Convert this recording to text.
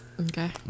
Okay